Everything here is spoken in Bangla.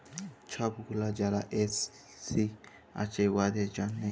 ছব গুলা যারা এস.সি আছে উয়াদের জ্যনহে